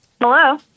Hello